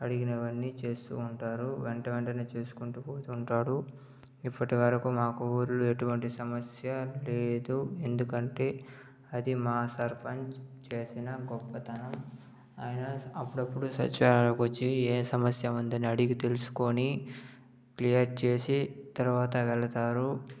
అడిగినవన్నీ చేస్తూ ఉంటారు వెంటవెంటనే చేసుకుంటూ పోతుంటారు ఇప్పటివరకు మాకు ఊరిలో ఎటువంటి సమస్య లేదు ఎందుకంటే అది మా సర్పంచ్ చేసిన గొప్పతనం ఆయన అపుడపుడు సచివాలయంకి వచ్చి ఏ సమస్య ఉందని అడిగి తెలుసుకొని క్లియర్ చేసి తర్వాత వెళతారు